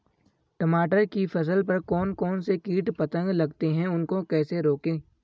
टमाटर की फसल पर कौन कौन से कीट पतंग लगते हैं उनको कैसे रोकें?